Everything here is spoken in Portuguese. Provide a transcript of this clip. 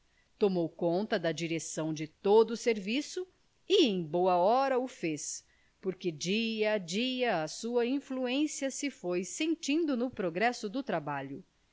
tomou conta da direção de todo o serviço e em boa hora o fez porque dia a dia a sua influência se foi sentindo no progresso do trabalho